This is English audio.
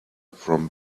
from